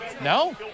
no